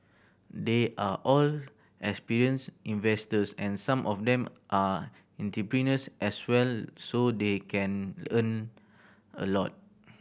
they are all experienced investors and some of them are entrepreneurs as well so they can learn a lot